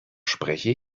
spreche